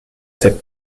ceps